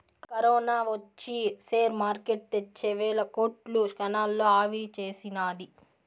corona ఒచ్చి share market తెచ్చే వేల కోట్లు క్షణాల్లో ఆవిరిసేసినాది